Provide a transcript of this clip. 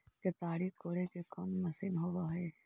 केताड़ी कोड़े के कोन मशीन होब हइ?